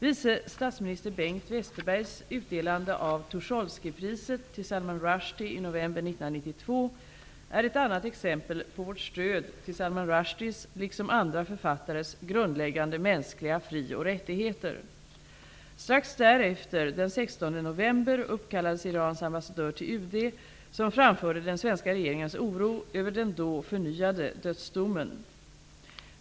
Vice statsminister Bengt Westerbergs utdelande av Tucholskypriset till Salman Rushdie i november 1992 är ett annat exempel på vårt stöd till Salman Rushdies, liksom andra författares, grundläggande mänskliga frioch rättigheter. Strax därefter, den 16 november, uppkallades Irans ambassadör till UD, som framförde den svenska regeringens oro över den då förnyade dödsdomen.